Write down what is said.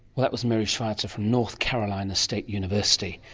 that was mary schweitzer from north carolina state university,